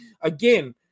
again